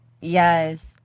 Yes